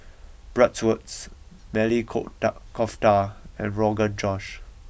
Bratwurst Maili coke da Kofta and Rogan Josh